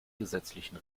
gesetzlichen